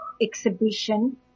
exhibition